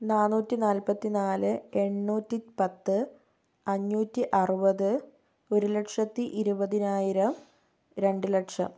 നാനൂറ്റി നാല്പത്തി നാല് എണ്ണൂറ്റി പത്ത് അഞ്ഞൂറ്റിയറുപത് ഒരു ലക്ഷത്തി ഇരുപതിനായിരം രണ്ട് ലക്ഷം